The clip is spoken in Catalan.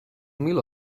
mil